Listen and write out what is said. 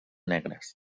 negres